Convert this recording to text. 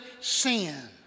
sin